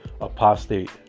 apostate